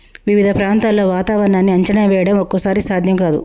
వివిధ ప్రాంతాల్లో వాతావరణాన్ని అంచనా వేయడం ఒక్కోసారి సాధ్యం కాదు